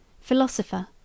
philosopher